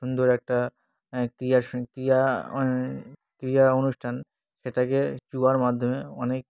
সুন্দর একটা ক্রিয়া ক্রিয়া ক্রিয়া অনুষ্ঠান সেটাকে জুয়ার মাধ্যমে অনেক